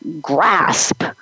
grasp